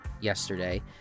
yesterday